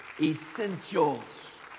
essentials